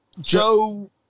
Joe